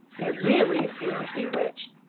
it really seemed bewitched,